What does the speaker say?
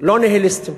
לא ניהיליסטים,